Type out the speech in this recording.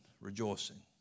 rejoicing